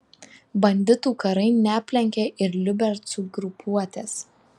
banditų karai neaplenkė ir liubercų grupuotės